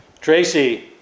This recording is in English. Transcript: Tracy